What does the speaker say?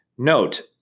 Note